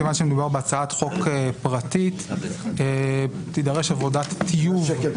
מכיוון שמדובר בהצעת חוק פרטית תידרש עבודת טיוב